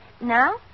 Now